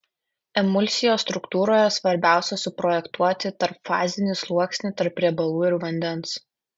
emulsijos struktūroje svarbiausia suprojektuoti tarpfazinį sluoksnį tarp riebalų ir vandens